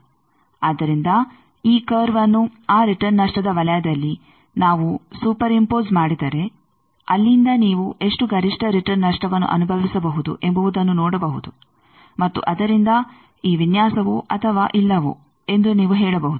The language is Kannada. ಆದ್ದರಿಂದ ಈ ಕರ್ವ್ಅನ್ನು ಆ ರಿಟರ್ನ್ ನಷ್ಟದ ವಲಯದಲ್ಲಿ ನಾವು ಸೂಪರ್ ಇಂಪೋಸ್ ಮಾಡಿದರೆ ಅಲ್ಲಿಂದ ನೀವು ಎಷ್ಟು ಗರಿಷ್ಠ ರಿಟರ್ನ್ ನಷ್ಟವನ್ನು ಅನುಭವಿಸಬಹುದು ಎಂಬುವುದನ್ನು ನೋಡಬಹುದು ಮತ್ತು ಅದರಿಂದ ಈ ವಿನ್ಯಾಸವೋ ಅಥವಾ ಇಲ್ಲವೋ ಎಂದು ನೀವು ಹೇಳಬಹುದು